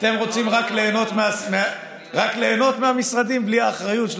אתם רוצים רק ליהנות מהמשרדים בלי האחריות של